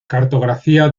cartografía